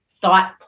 thought